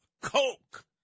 Coke